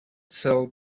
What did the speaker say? sell